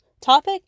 topic